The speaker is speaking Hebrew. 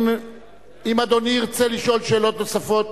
אם אדוני ירצה לשאול שאלות נוספות,